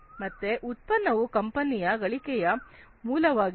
ಮತ್ತೆ ಉತ್ಪನ್ನವು ಕಂಪನಿಯ ಗಳಿಕೆಯ ಮೂಲವಾಗಿದೆ